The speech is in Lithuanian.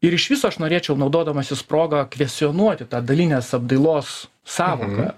ir iš viso aš norėčiau naudodamasis proga kvestionuoti tą dalinės apdailos sąvoką